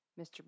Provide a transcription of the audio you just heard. Mr